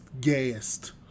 gassed